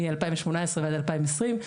מ-2018 עד 2020,